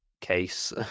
case